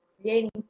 creating